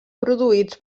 produïts